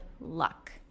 luck